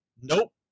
Nope